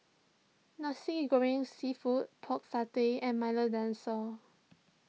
Nasi Goreng Seafood Pork Satay and Milo Dinosaur